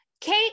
Kate